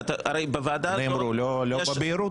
נאמרו לא בבהירות.